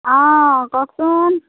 অঁ কওকচোন